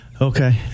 Okay